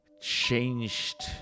changed